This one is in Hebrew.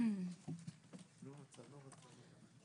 ננסה לענות נקודה-נקודה.